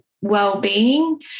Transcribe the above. well-being